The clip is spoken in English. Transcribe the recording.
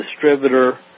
distributor